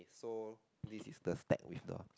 so this is the stack with the